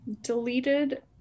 deleted